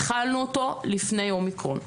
התחלנו אותו לפני אומיקרון.